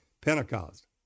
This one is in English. Pentecost